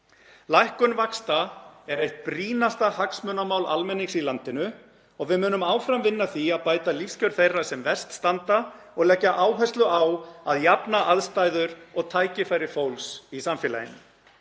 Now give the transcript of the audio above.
Lækkun vaxta er eitt brýnasta hagsmunamál almennings í landinu og við munum áfram vinna að því að bæta lífskjör þeirra sem verst standa og leggja áherslu á að jafna aðstæður og tækifæri fólks í samfélaginu.